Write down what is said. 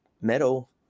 metal